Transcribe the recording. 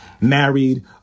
married